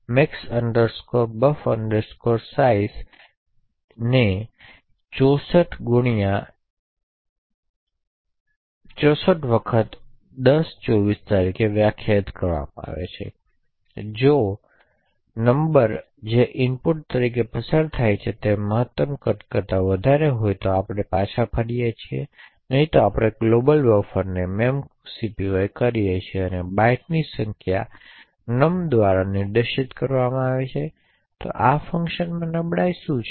max buf size times 64 ગુણ્યા 1024 તરીકે વ્યાખ્યાયિત કરવામાં આવે છે જો નંબર જે ઇનપુટ તરીકે પસાર થાય છે તે મહત્તમ કદ કરતા વધારે હોય તો આપણે પાછા ફરી નહીં તો આપણે ગ્લોબલ બફરને memcpy કરીએ છીએ અને બાઇટ્સની સંખ્યા num દ્વારા નિર્દિષ્ટ કરવામાં આવે છે આ ફંકશનની નબળાઈ શું છે